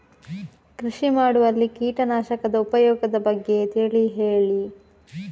ಕೃಷಿ ಮಾಡುವಲ್ಲಿ ಕೀಟನಾಶಕದ ಉಪಯೋಗದ ಬಗ್ಗೆ ತಿಳಿ ಹೇಳಿ